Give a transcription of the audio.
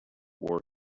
wore